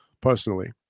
personally